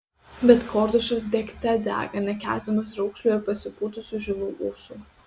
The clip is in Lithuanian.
bet kordušas degte dega nekęsdamas raukšlių ir pasipūtusių žilų ūsų